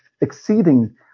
exceeding